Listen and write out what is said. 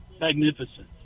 magnificent